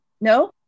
no